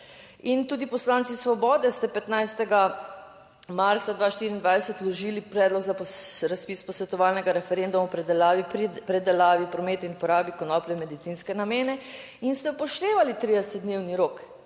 In tudi poslanci Svobode ste 15. marca 2024 vložili predlog za razpis posvetovalnega referenduma o pridelavi, predelavi, prometu in uporabi konoplje v medicinske namene in ste upoštevali 30-dnevni rok